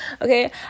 okay